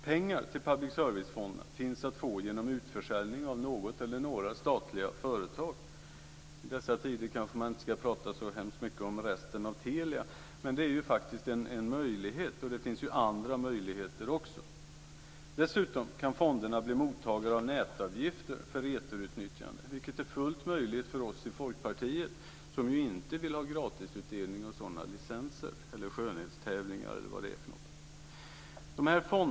Pengar till public service-fonderna finns att få genom utförsäljning av något eller några statliga företag. I dessa tider kanske man inte ska tala så väldigt mycket om resten av Telia, men här finns ju faktiskt en möjlighet och det finns ju också andra möjligheter. Dessutom kan fonderna bli mottagare av nätavgifter för eterutnyttjande, vilket är fullt möjligt för oss i Folkpartiet som ju inte vill ha gratisutdelning av sådana licenser eller skönhetstävlingar eller vad det är för något.